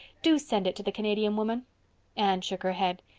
do send it to the canadian woman anne shook her head.